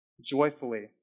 joyfully